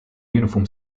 uniform